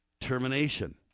termination